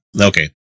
Okay